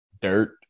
dirt